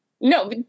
No